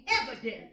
evidence